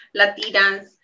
Latinas